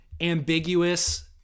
ambiguous